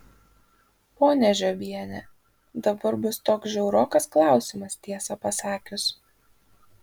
ponia žiobiene dabar bus toks žiaurokas klausimas tiesą pasakius